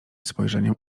spojrzeniem